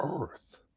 earth